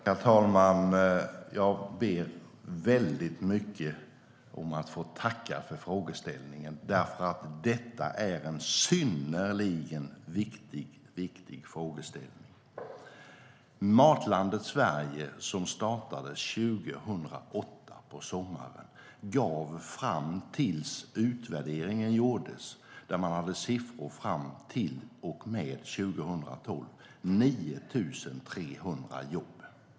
Herr talman! Jag ber väldigt mycket om att få tacka för frågeställningen. Detta är nämligen en synnerligen viktig frågeställning. Matlandet Sverige, som startade på sommaren 2008, gav fram till utvärderingen gjordes - då hade man siffror fram till och med 2012 - 9 300 jobb.